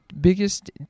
biggest